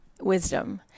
wisdom